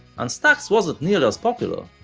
and stax wasn't nearly as popular,